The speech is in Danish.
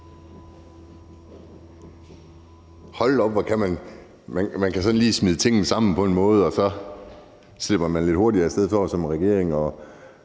Hold da op, hvor kan man lige sådan smide tingene sammen på en måde, og så slipper man lidt hurtigere af sted sådan som regering,